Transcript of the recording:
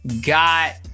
got